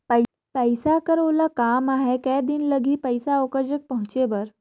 पइसा कर ओला काम आहे कये दिन लगही पइसा ओकर जग पहुंचे बर?